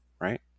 right